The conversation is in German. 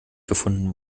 gefunden